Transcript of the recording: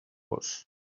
gos